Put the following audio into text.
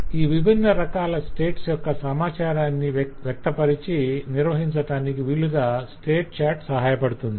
ఈ విభిన్న స్టేట్స్ యొక్క సమాచారాన్ని వ్యక్తపరచి నిర్వహించటానికి వీలుగా స్టేట్ చార్ట్ సహాయపడుతుంది